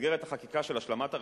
שבמסגרת החקיקה של השלמת הרפורמה,